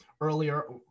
earlier